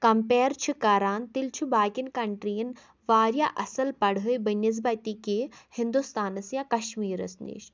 compare چھِ کران تیٚلہِ چھُ باقٮ۪ن کَنٹرٮ۪ن واریاہ اَصٕل پَڑٲے بہ نِسبتہِ کہِ ہِندوستانَس یا کَشمیٖرَس نِش